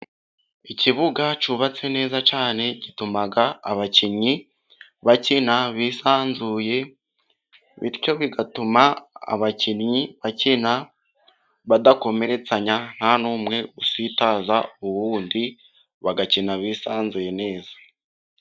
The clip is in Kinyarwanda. Ikibuga cyubatswe neza cyane, gituma abakinnyi bakina bisanzuye, bityo bigatuma abakinnyi bakina badakomeretsanya nta n'umwe usitaza uwundi, bagakina bisanzuye neza.